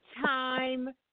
time